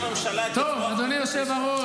אם הממשלה תתמוך --- טוב ,אדוני היושב-ראש.